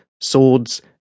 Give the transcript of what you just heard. swords